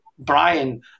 Brian